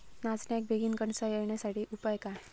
नाचण्याक बेगीन कणसा येण्यासाठी उपाय काय?